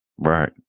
Right